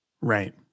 Right